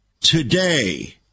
today